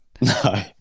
No